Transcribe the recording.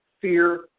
fear